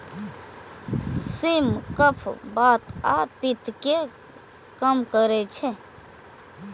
सिम कफ, बात आ पित्त कें कम करै छै